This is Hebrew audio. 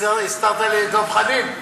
הסתרת לי את דב חנין.